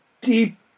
deep